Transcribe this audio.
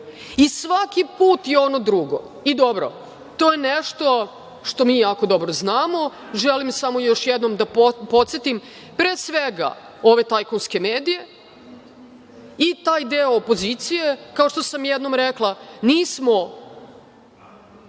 Svaki put je ono drugo. Dobro, to je nešto što mi jako dobro znamo. Želim samo još jednom da podsetim, pre svega, ove tajkunske medije i taj deo opozicije, kao što sam jednom rekla – nismo